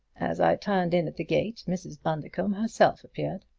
as i turned in the gate mrs. bundercombe herself appeared.